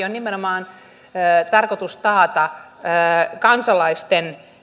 on tarkoitus taata nimenomaan kansalaisten